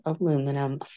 aluminum